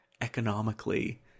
economically